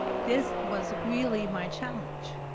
this was really my challenge